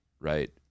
right